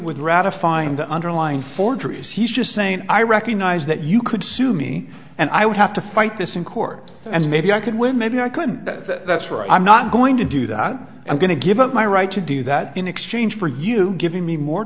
with ratifying the underlying forgeries he's just saying i recognize that you could sue me and i would have to fight this in court and maybe i could win maybe i could that's where i'm not going to do that i'm going to give up my right to do that in exchange for you giving me more